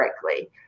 correctly